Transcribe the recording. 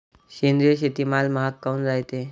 सेंद्रिय शेतीमाल महाग काऊन रायते?